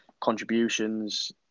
contributions